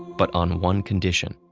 but on one condition.